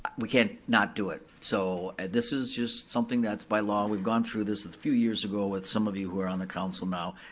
we can't not do it, so and this is just something that's by law, we've gone through this a few years ago with some of you who are on the council now,